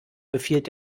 befiehlt